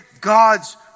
God's